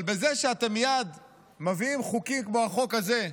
אבל זה שאתם מייד מביאים חוקים כמו החוק הזה,